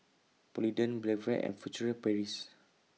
Polident Blephagel and Furtere Paris